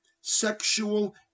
sexual